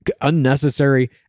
unnecessary